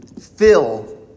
fill